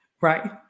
right